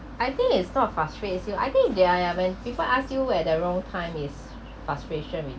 I think it's not frustrate you I think they are yeah when people ask you at the wrong time is frustration with